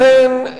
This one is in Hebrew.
לכן,